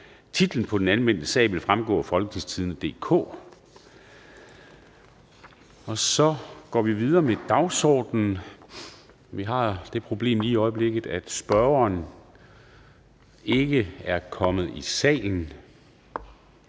Titlen på den anmeldte sag vil fremgå af www.folketingstidende.dk (jf. ovenfor). Vi går nu videre med dagsordenen, men vi har det problem, at spørgeren ikke er kommet i salen.